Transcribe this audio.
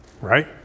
right